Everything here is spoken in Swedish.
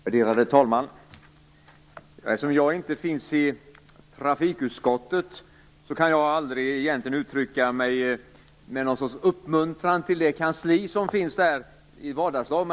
Värderade talman! Eftersom jag inte sitter i trafikutskottet kan jag aldrig uttrycka mig något slags uppmuntran till det kansli som finns för utskottet i vardagslag.